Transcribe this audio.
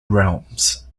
realms